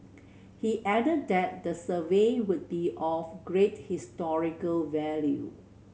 he added that the survey would be of great historical value